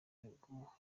ntego